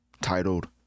titled